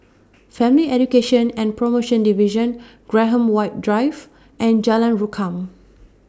Family Education and promotion Division Graham White Drive and Jalan Rukam